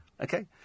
Okay